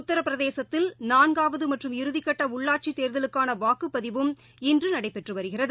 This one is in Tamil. உத்தரப்பிரதேசத்தில் நான்காவதுமற்றும் இறுதிக்கட்ட உள்ளாட்சித் தேர்தலுக்கானவாக்குப்பதிவும் இன்றுநடைபெற்றுவருகிறது